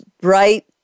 bright